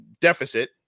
deficit